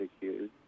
years